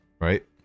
Right